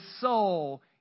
soul